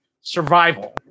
survival